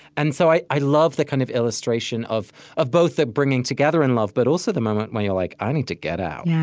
and so i i love the kind of illustration of of both the bringing-together in love, but also the moment when you're like, i need to get out.